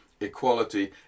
equality